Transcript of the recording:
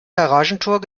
garagentor